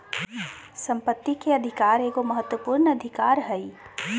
संपत्ति के अधिकार एगो महत्वपूर्ण अधिकार हइ